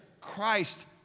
Christ